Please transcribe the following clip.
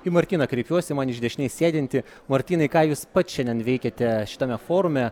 į martyną kreipiuosi man iš dešinės sėdintį martynai ką jūs pats šiandien veikiate šitame forume